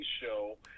show